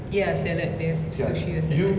ya salad they have sushi or salad